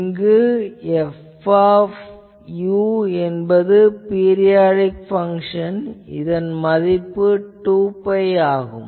இதில் F என்பது periodic function இதன் மதிப்பு 2 பை ஆகும்